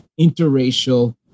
interracial